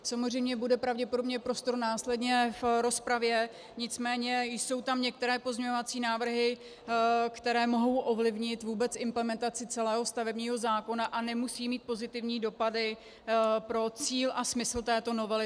Samozřejmě bude pravděpodobně prostor následně v rozpravě, nicméně jsou tam některé pozměňovací návrhy, které mohou ovlivnit vůbec implementaci celého stavebního zákona a nemusí mít pozitivní dopady pro cíl a smysl této novely.